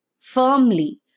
firmly